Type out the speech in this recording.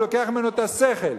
הוא לוקח ממנו את השכל.